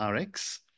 RX